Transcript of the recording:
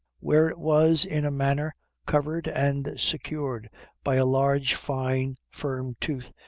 where it was in a manner covered and secured by a large fine firm tooth,